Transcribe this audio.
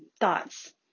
thoughts